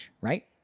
Right